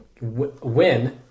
Win